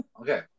Okay